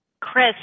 Chris